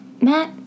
Matt